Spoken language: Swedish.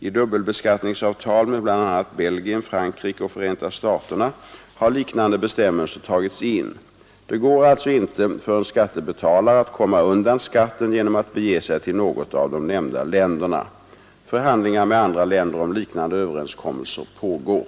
I dubbelbeskattningsavtal med bl.a. Belgien, Frankrike och Förenta staterna har liknande bestämmelser tagits in. Det går alltså inte för en skattebetalare att komma undan skatten genom att bege sig till något av de nämnda länderna. Förhandlingar med andra länder om liknande överenskommelser pågår.